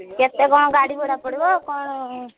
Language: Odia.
କେତେ କ'ଣ ଗାଡ଼ି ଭଡ଼ା ପଡ଼ିବ କ'ଣ